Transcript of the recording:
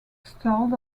stalled